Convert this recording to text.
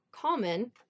common